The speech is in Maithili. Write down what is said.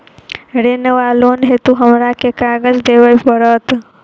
ऋण वा लोन हेतु हमरा केँ कागज देबै पड़त?